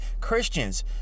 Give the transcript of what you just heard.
Christians